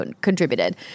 contributed